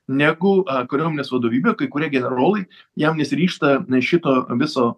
negu kariuomenės vadovybė kai kurie generolai jam nesiryžta šito viso